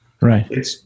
right